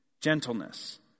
gentleness